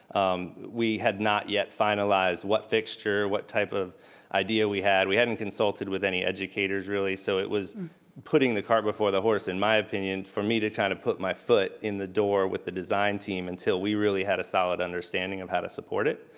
we had not finalized what fixture, what type of idea we had. we hadn't consulted with any educators really, so it was putting the cart before the horse in my opinion, for me to kind of put my foot in the door with the design team until we really had a solid understanding of how to support it.